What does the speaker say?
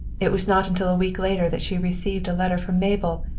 it was not until a week later that she received a letter from mabel,